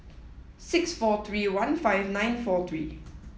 six four three one five nine four three